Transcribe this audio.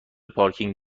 پارکینگ